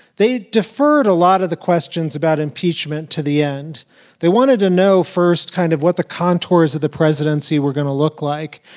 they deferred a lot of the questions about impeachment to the end they wanted to know first kind of what the contours of the presidency were going to look like.